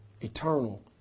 eternal